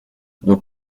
nos